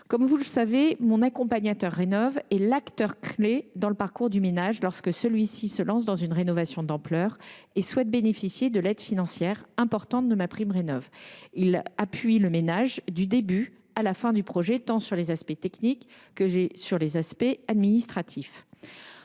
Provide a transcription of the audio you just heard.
Comme vous le savez, Mon Accompagnateur Rénov’ est l’acteur clé dans le parcours du ménage lorsque celui ci se lance dans une rénovation d’ampleur et souhaite bénéficier de l’aide financière importante de MaPrimeRénov’. Il appuie le ménage du début à la fin de son projet, dans ses aspects tant techniques qu’administratifs.